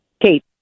Kate